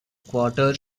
quarter